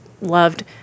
loved